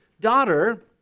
daughter